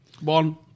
one